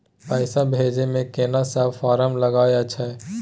पैसा भेजै मे केना सब फारम लागय अएछ?